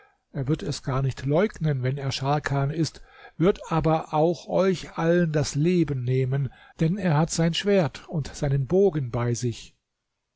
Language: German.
er wird es gar nicht leugnen wenn er scharkan ist wird aber auch euch allen das leben nehmen denn er hat sein schwert und seinen bogen bei sich